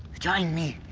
join me,